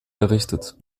errichtet